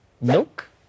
milk